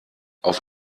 auf